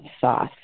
sauce